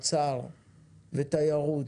ממשרד האוצר וממשרד התיירות,